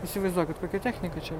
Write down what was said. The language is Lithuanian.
įsivaizduokit kokia technika čia